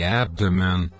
abdomen